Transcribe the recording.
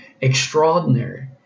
extraordinary